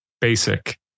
basic